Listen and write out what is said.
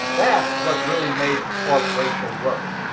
that's what really makes or breaks a work.